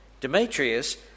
Demetrius